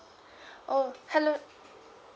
oh hello